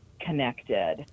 connected